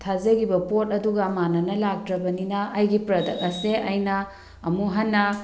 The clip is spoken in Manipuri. ꯊꯥꯖꯈꯤꯕ ꯄꯣꯠ ꯑꯗꯨꯒ ꯃꯥꯟꯅꯅ ꯂꯥꯛꯇ꯭ꯔꯕꯅꯤꯅ ꯑꯩꯒꯤ ꯄ꯭ꯔꯗꯛ ꯑꯁꯦ ꯑꯩꯅ ꯑꯃꯨꯛ ꯍꯟꯅ